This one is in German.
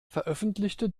veröffentlichte